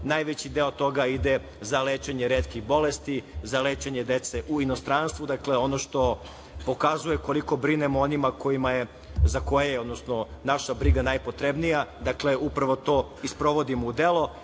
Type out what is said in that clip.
Najveći deo toga ide za lečenje retkih bolesti, za lečenje dece u inostranstvu, dakle ono što pokazuje koliko brinemo o onima kojima je, za koje je, odnosno naša briga najpotrebnija. Dakle, upravo to i sprovodimo u delo. Imamo